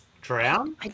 Drown